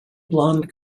blonde